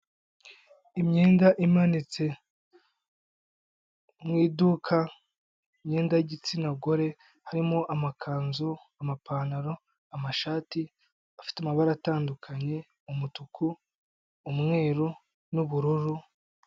Imyenda imanitse mu iduka, imyenda y'igitsina gore harimo amakanzu, amapantaro, amashati afite amabara atandukanye umutuku, umweru n'ubururu.